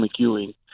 McEwing